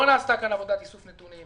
לא נעשתה כאן עבודת איסוף נתונים.